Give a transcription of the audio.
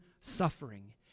suffering